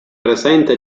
presente